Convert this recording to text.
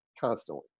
constantly